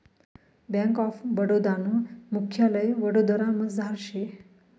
bank of Baroda नं मुख्यालय वडोदरामझार शे